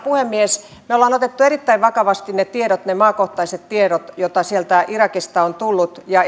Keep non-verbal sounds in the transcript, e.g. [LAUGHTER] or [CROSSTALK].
puhemies me olemme ottaneet erittäin vakavasti ne maakohtaiset tiedot joita sieltä irakista on tullut ja [UNINTELLIGIBLE]